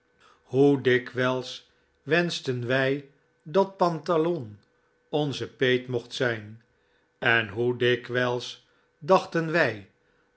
hoe dikwijls wenschten wij dat pantalon onze peet mocht zijn en hoe dikwijls dachten wij